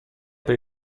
per